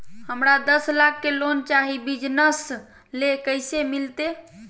हमरा दस लाख के लोन चाही बिजनस ले, कैसे मिलते?